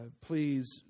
please